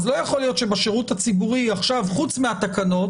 לא יכול להיות שבשירות הציבורי עכשיו חוץ מהתקנות